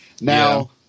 Now